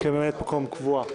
כממלאת מקום קבועה.